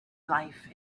life